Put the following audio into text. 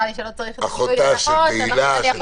אחותה של תהלה, שתדעו.